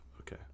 okay